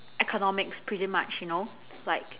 economics pretty much you know like